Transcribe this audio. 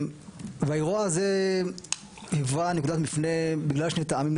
והאירוע הזה היווה נקודת מפנה בגלל שני טעמים,